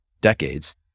decades